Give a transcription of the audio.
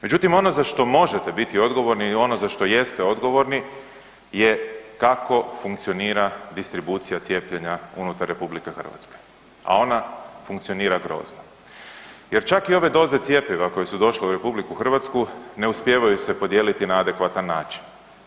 Međutim, ono za što možete biti odgovorni i ono za što jeste odgovorni je kako funkcionira distribucija cijepljenja unutar RH, a ona funkcionira grozno jer čak i ove doze cjepiva koje su došle u RH, ne uspijevaju se podijeliti na adekvatan način.